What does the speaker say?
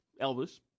Elvis